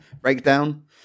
breakdown